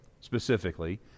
specifically